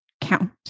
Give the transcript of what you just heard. count